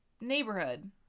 neighborhood